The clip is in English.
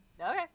Okay